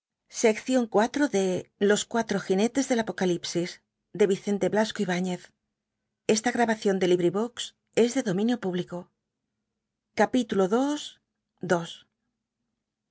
mitad los cuatro jinetes del apocalipsis de